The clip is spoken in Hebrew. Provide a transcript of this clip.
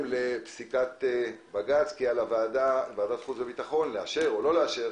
לפסיקת בג"ץ כי על ועדת החוץ והביטחון לאשר או לא לאשר